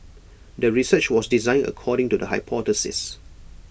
the research was designed according to the hypothesis